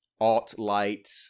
alt-light